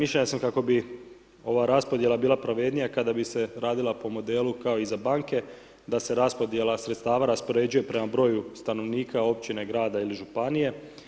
Mišljenja sam kako bi ova raspodjela bila pravednija kada bi se radila po modelu kao i za banke da se raspodjela sredstava raspoređuje prema broju stanovnika, općine, grada ili županije.